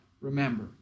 Remember